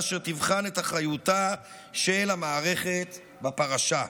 אשר תבחן את אחריותה של המערכת בפרשה.